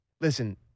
listen